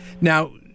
Now